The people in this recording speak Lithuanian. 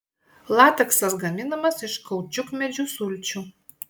lateksas gaminamas iš kaučiukmedžių sulčių